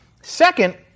Second